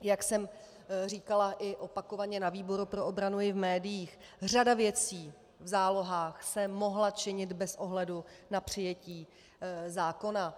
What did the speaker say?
Jak jsem říkala i opakovaně na výboru pro obranu i v médiích, řada věcí v zálohách se mohla činit bez ohledu na přijetí zákona.